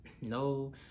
no